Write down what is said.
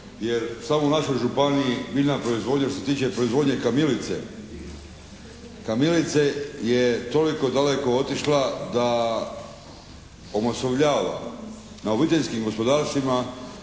jer samo u našoj županiji biljna proizvodnja što se tiče proizvodnje kamilice je toliko daleko otišla da omasovljava na obiteljskim gospodarstvima